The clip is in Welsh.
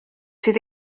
sydd